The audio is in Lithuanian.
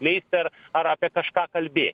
skleisti ar ar apie kažką kalbėt